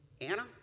Anna